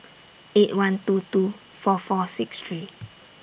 eight one two two four four six three